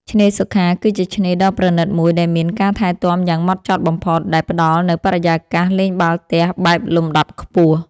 ឆ្នេរសុខាគឺជាឆ្នេរដ៏ប្រណីតមួយដែលមានការថែទាំយ៉ាងហ្មត់ចត់បំផុត ដែលផ្ដល់នូវបរិយាកាសលេងបាល់ទះបែបលំដាប់ខ្ពស់។